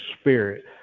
Spirit